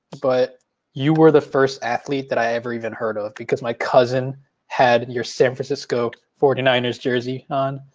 but you were the first athlete that i ever even heard of, because my cousin had your san francisco forty nine ers jersey on.